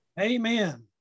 Amen